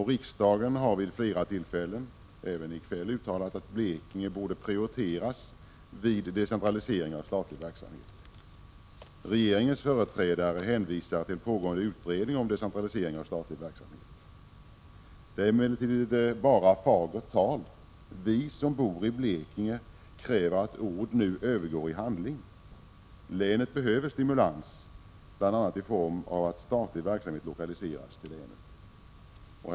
Riksdagen har vid flera tillfällen — även i kväll — uttalat att Blekinge borde prioriteras vid decentralisering av statlig verksamhet. Regeringens företrädare hänvisar till pågående utredning om decentraliseringen av statlig verksamhet. Det är emellertid bara fagert tal. Vi som bor i Blekinge kräver att man nu övergår från ord till handling. Länet behöver stimulanser, bl.a. i form av att statlig verksamhet lokaliseras till länet.